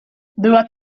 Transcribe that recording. była